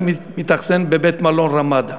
אני מתאכסן בבית-מלון "רמדה".